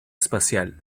espacial